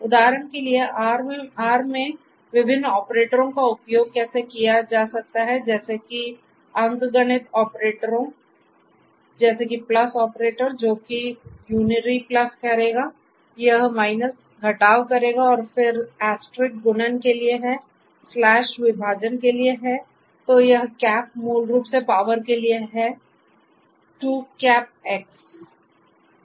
उदाहरण के लिए Rमैं विभिन्न ऑपरेटरों का उपयोग कैसे किया जा सकता है जैसे कि अंकगणित ऑपरेटरों जैसे कि ऑपरेटर जो कि यूनीरी करेगा यह घटाव करेगा और फिर गुणन के लिए है विभाजन के लिए है तो यह मूल रूप से power के लिए मूल रूप से 2x